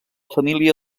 família